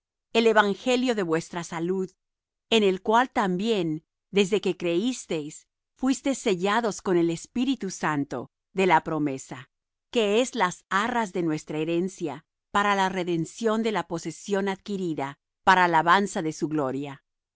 el evangelio de vuestra salud en el cual también desde que creísteis fuisteis sellados con el espíritu santo de la promesa que es las arras de nuestra herencia para la redención de la posesión adquirida para alabanza de su gloria